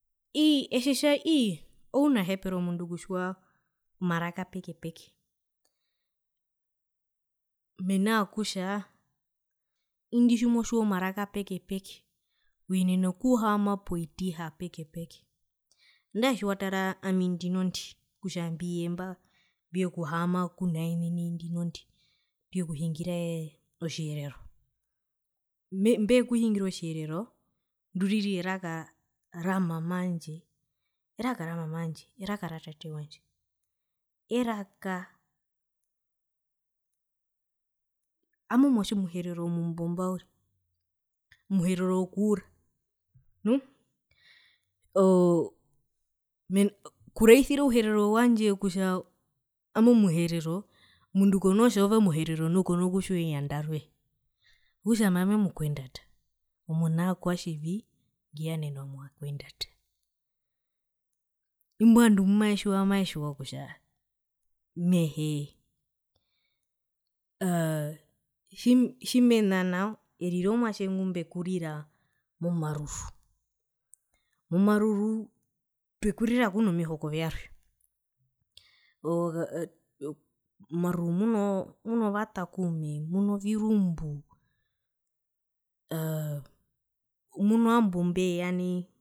Iii etjetja ii ounahepero omundu okutjiwa omaraka peke peke mena rokutja indi tjimotjiwa omaraka peke peke uyenena okuhaama povitiha peke peke andae tjiwatara ami ndinondi kutja mbiyemba mbiyekuhaama kunaene nai ndinondi mbiyekuhikira ee otjiherero me mbekuhingira otjiherero nduriri eraka ramama aandje eraka ra mama aandje eraka ra tate wandje eraka owami omwatje omuherero omumbomba uriri omuherero okuura nu, oo okuraisira ouherero wandje kutja owami omuherero omundu konoo tja ove omuherero nu kona kutjiwa eyanda roye okutja ami owami omukuendata omunaa kuatjivi nguyanenwa mova kuendata. Imbo vandu mbumavetjiwa mavetjiwa kutja mehee aaa tji tjimena nao erire omwatje ngumbekurira momaruru momaruru twekurira kweno mihoko vyarwe omaruru muno vatakume munovirumbu aaa muno vambo mbeya nai.